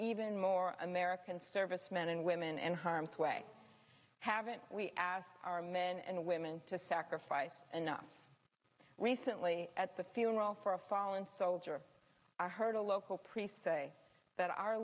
even more american servicemen and women in harm's way haven't we asked our men and women to sacrifice enough recently at the funeral for a fallen soldier i heard a local priest say that our